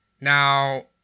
Now